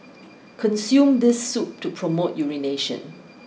consume this soup to promote urination